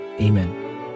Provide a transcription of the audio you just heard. Amen